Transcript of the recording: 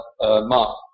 mark